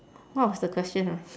what was the question ah